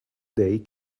day